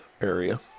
area